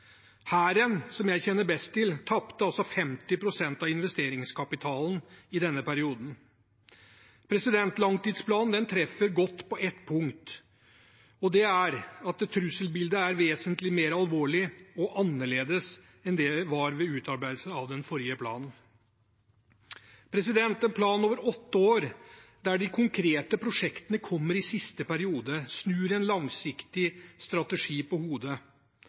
Hæren, som jeg kjenner best til, tapte altså 50 pst. av investeringskapitalen i denne perioden. Langtidsplanen treffer godt på ett punkt, og det er at trusselbildet er vesentlig mer alvorlig og annerledes enn det var ved utarbeidelsen av den forrige planen. En plan over åtte år der de konkrete prosjektene kommer i siste periode, snur en langsiktig strategi på hodet.